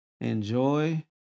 Enjoy